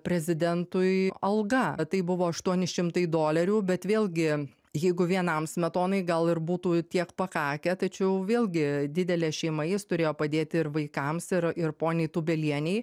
prezidentui alga tai buvo aštuoni šimtai dolerių bet vėlgi jeigu vienam smetonai gal ir būtų tiek pakakę tačiau vėlgi didelė šeima jis turėjo padėti ir vaikams ir ir poniai tūbelienei